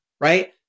right